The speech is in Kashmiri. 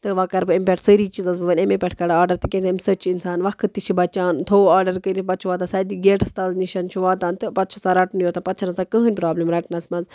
تہٕ وٕ کَرٕ بہٕ أمۍ پٮ۪ٹھ سٲری چیٖز آسہٕ بہٕ ؤنۍ أمۍ پٮ۪ٹھ کران آرڈَر تِکیٛازِ أمۍ سۭتۍ چھِ اِنسان وقت تہِ چھِ بچھان تھوو آرڈَر کٔرِتھ پتہٕ چھِ واتان سُہ گیٹَس تَل نِشَن چھُ واتان تہٕ پتہٕ چھُ آسان رَٹنُے یوتَن پتہٕ چھِنہٕ آسان کٔہٕنۍ پرٛابِلم رَٹَس مَنٛز